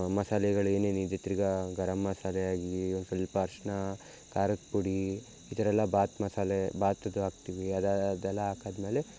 ಮಸಾಲೆಗಳೇನೇನಿದೆ ತಿರ್ಗಿ ಗರಮ್ ಮಸಾಲೆ ಆಗಲಿ ಒಂದು ಸ್ವಲ್ಪ ಅರಿಶ್ಣ ಖಾರದ ಪುಡಿ ಈ ಥರಯೆಲ್ಲ ಬಾತ್ ಮಸಾಲೆ ಬಾತ್ದು ಹಾಕ್ತೀವಿ ಅದು ಅದೆಲ್ಲ ಹಾಕಾದ ಮೇಲೆ